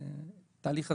התהליך הזה,